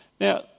Now